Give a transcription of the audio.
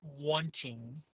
wanting